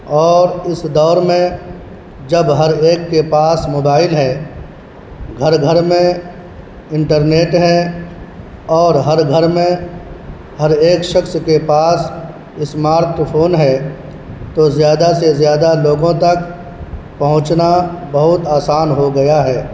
اور اس دور میں جب ہر ایک کے پاس موبائل ہے گھر گھر میں انٹرنیٹ ہے اور ہر گھر میں ہر ایک شخص کے پاس اسمارٹ فون ہے تو زیادہ سے زیادہ لوگوں تک پہنچنا بہت آسان ہو گیا ہے